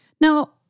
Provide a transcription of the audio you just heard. Now